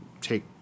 take